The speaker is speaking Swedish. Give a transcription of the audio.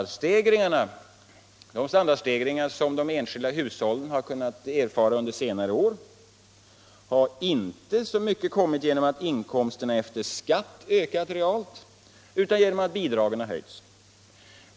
De standardstegringar som de enskilda hushållen har kunnat erfara under senare år har inte så mycket kommit genom att inkomsterna efter skatt ökat realt utan genom att bidragen har höjts.